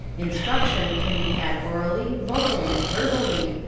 in struction can be had orally, vocally, verbally,